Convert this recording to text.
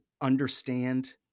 understand